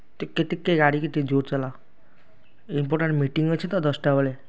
ଟିକେ ଟିକେ ଗାଡ଼ି କି ଟିକେ ଜୋରେ ଚଲାଅ ଇମ୍ପୋର୍ଟାଣ୍ଟ୍ ମିଟିଙ୍ଗ୍ ଅଛି ତ ଦଶ ଟା ବେଳେ